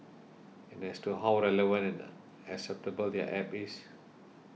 and as to how relevant and acceptable their App is